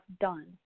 done